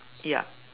yup